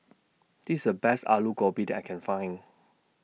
This The Best Alu Gobi that I Can Find